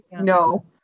no